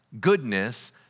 goodness